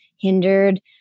hindered